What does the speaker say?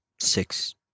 six